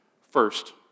First